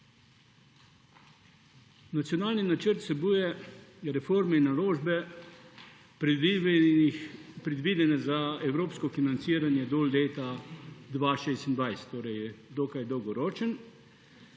Nacionalni načrt vsebuje reforme in naložbe, predvidene za evropsko financiranje do leta 2026, torej je dokaj dolgoročen.